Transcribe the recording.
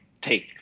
take